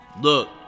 look